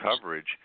coverage